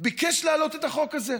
ביקש להעלות את החוק הזה.